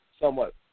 somewhat